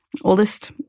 Oldest